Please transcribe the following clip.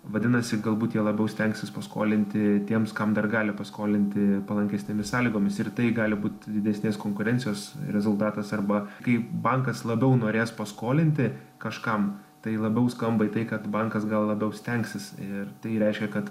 vadinasi galbūt jie labiau stengsis paskolinti tiems kam dar gali paskolinti palankesnėmis sąlygomis ir tai gali būti didesnės konkurencijos rezultatas arba kai bankas labiau norės paskolinti kažkam tai labiau skamba tai kad bankas gal labiau stengsis ir tai reiškia kad